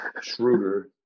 Schroeder